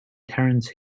terence